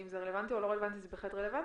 זה בהחלט רלוונטי,